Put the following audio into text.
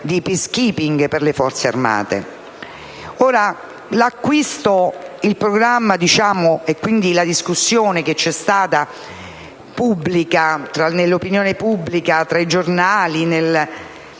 di *peacekeeping* per le forze armate;